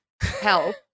help